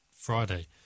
Friday